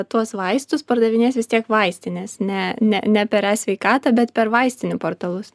tuos vaistus pardavinės vis tiek vaistinės ne ne ne per e sveikatą bet per vaistinių portalus